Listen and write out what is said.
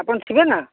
ଆପଣ ଥିବେ ନା